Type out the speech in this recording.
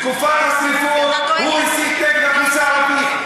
בתקופת השרפות הוא הסית נגד המגזר הערבי.